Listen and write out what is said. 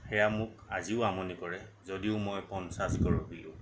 সেয়া মোক আজিও আমনি কৰে যদিও মই পঞ্চাছ গৰকিলোঁ